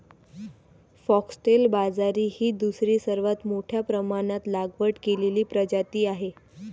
foxtail बाजरी ही दुसरी सर्वात मोठ्या प्रमाणात लागवड केलेली प्रजाती आहे